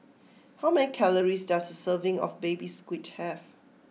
how many calories does a serving of Baby Squid have